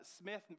Smith